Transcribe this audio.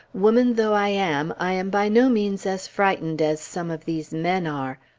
woman though i am, i am by no means as frightened as some of these men are.